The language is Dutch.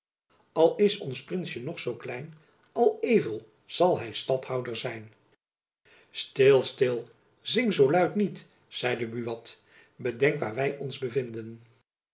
al is ons prinsjen nog zoo klein al evel zal hy stadhouder zijn stil stil zing zoo luid niet zeide buat bedenk waar wy ons bevinden